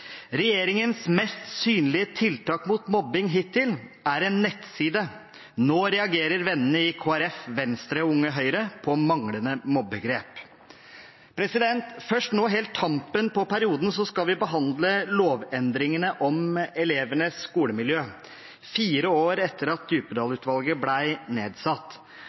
KrF, Venstre og Unge Høyre på manglende mobbe-grep.» Først nå, helt på tampen av perioden, skal vi behandle lovendringene om elevenes skolemiljø – fire år etter at Djupedal-utvalget ble nedsatt.